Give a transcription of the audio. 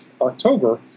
October